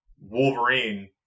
Wolverine